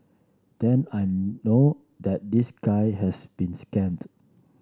then I know that this guy has been scammed